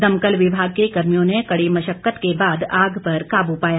दमकल विभाग के कर्मियों ने कड़ी मशक्कत के बाद आग पर काबू पाया